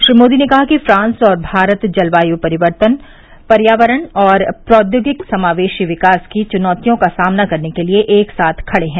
श्री मोदी ने कहा कि फ्रांस और भारत जलवायु परिवर्तन पर्यावरण और प्रौद्योगीक समावेशी विकास की चुनौतियों का सामना करने के लिए एक साथ खड़े हैं